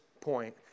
point